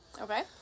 okay